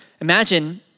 Imagine